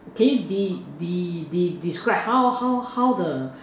can you De De De describe how how how the